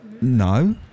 no